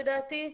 לדעתי.